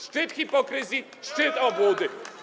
Szczyt hipokryzji, szczyt obłudy.